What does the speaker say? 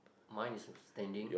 mine is uh standing